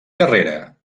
carrera